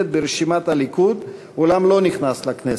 ברשימת הליכוד אולם לא נכנס לכנסת.